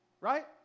right